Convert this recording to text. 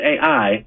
ai